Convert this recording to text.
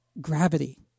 gravity